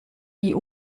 die